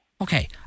Okay